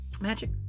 Magic